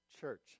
church